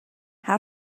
how